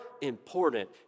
important